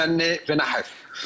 בועיינה ונחף.